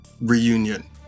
reunion